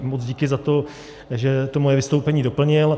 Moc díky za to, že to moje vystoupení doplnil.